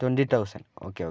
twenty thousand okay okay